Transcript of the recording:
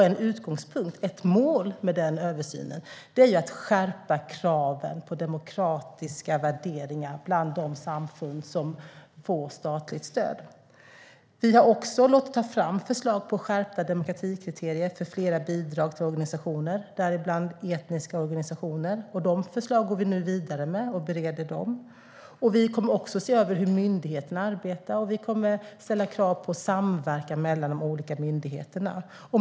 En utgångspunkt, ett mål, med den översynen är att skärpa kraven på demokratiska värderingar bland de samfund som får statligt stöd. Vi har också låtit ta fram förslag på skärpta demokratikriterier för flera bidrag till organisationer, däribland etniska organisationer. Dessa förslag går vi nu vidare med och bereder. Vi kommer även att se över hur myndigheterna arbetar, och vi kommer att ställa krav på samverkan mellan de olika myndigheterna.